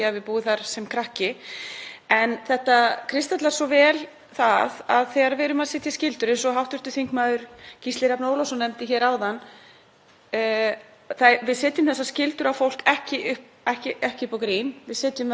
þá gerum við það ekki upp á grín. Við setjum þær á fólk til að tryggja öryggi í umferðinni, til að tryggja umhverfissjónarmið og annað, en það verður að gera það á raunsæjan hátt og það verður að gera það með tilliti til